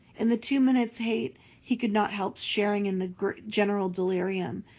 in the two minutes hate he could not help sharing in the general delirium,